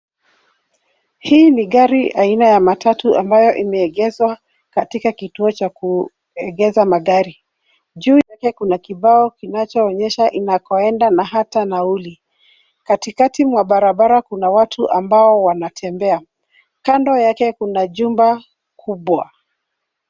Hii ni gari aina ya matatu ambayo imeegeshwa katika kituo cha kuegesha magari. Juu yake kuna kibao kinachoonyesha inakoenda na hata nauli. Katikati mwa barabara kuna watu ambao wanatembea. Kando yake kuna chumba kubwa.